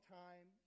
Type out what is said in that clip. time